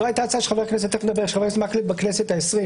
זאת הייתה ההצעה של חבר הכנסת מקלב בכנסת העשרים.